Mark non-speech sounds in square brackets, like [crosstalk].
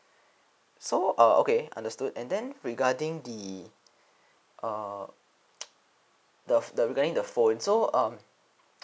so uh okay understood and then regarding the err [noise] the the f~ regarding the phone so um